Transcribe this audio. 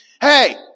hey